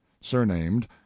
surnamed